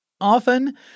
Often